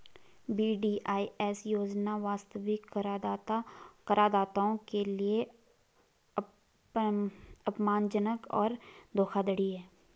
VDIS योजना वास्तविक करदाताओं के लिए अपमानजनक और धोखाधड़ी है